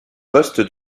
poste